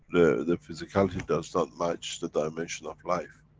the, the physicality does not match the dimension of life,